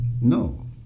No